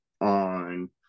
on